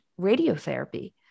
radiotherapy